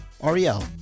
Ariel